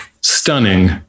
stunning